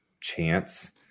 chance